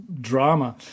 drama